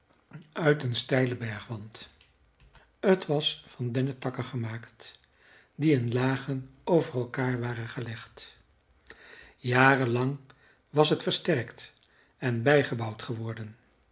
uit een steilen bergwand t was van dennetakken gemaakt die in lagen over elkaar waren gelegd jarenlang was het versterkt en bijgebouwd geworden